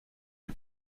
les